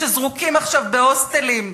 שזרוקים עכשיו בהוסטלים,